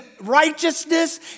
righteousness